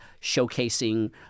showcasing